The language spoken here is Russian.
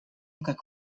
как